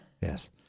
yes